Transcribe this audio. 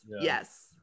Yes